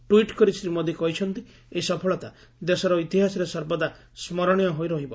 tweet କରି ଶ୍ରୀ ମୋଦି କହିଛନ୍ତି ଏହି ସଫଳତା ଦେଶର ଇତିହାସରେ ସର୍ବଦା ସ୍କରଣୀୟ ହୋଇ ରହିବ